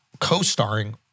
co-starring